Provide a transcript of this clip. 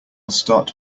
start